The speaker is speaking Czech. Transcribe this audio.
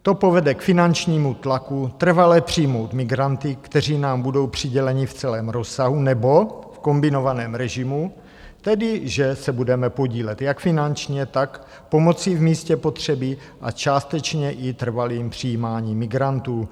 To povede k finančnímu tlaku trvale přijmout migranty, kteří nám budou přiděleni v celém rozsahu nebo v kombinovaném režimu, tedy že se budeme podílet jak finančně, tak pomocí v místě potřeby a částečně i trvalým přijímáním migrantů.